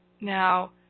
now